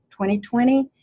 2020